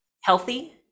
Healthy